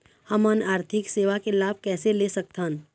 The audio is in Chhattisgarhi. हमन आरथिक सेवा के लाभ कैसे ले सकथन?